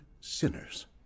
sinners